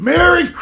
Merry